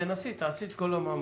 תנסי, תעשי את כל המאמצים.